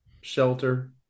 shelter